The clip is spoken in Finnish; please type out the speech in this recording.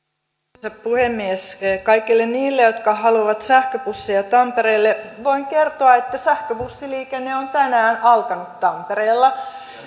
arvoisa puhemies kaikille niille jotka haluavat sähköbusseja tampereelle voin kertoa että sähköbussiliikenne on tänään alkanut tampereella